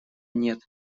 нет